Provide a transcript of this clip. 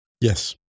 Yes